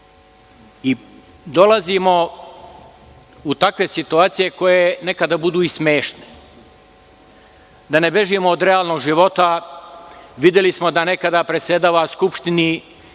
Dolazimo u takve situacije koje nekada budu i smešne. Da ne bežimo od realnog života, videli smo da nekada predsedavaju Skupštini